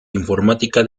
informática